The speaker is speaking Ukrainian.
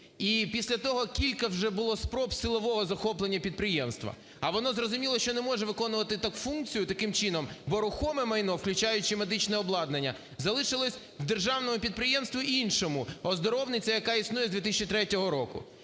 І після того вже кілька було спроб силового захоплення підприємства. А воно, зрозуміло, що не може виконувати функцію таким чином, бо рухоме майно, включаючи медичне обладнання, залишилось в державному підприємстві іншому: оздоровниця, яка існує з 2003 року.